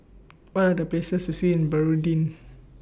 What Are The Best Places to See in Burundi